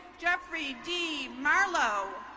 jeffrey d marlowe.